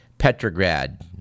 Petrograd